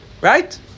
Right